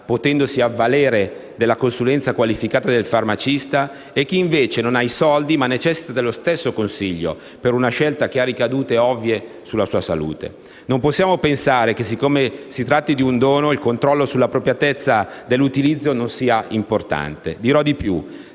potendosi avvalere della consulenza qualificata del farmacista e di chi, invece, non ha i soldi ma necessita dello stesso consiglio, per una scelta che ha ricadute ovvie sulla sua salute. Non possiamo pensare che, siccome si tratta di un dono, il controllo sull'appropriatezza dell'utilizzo non sia importante. Dirò di più: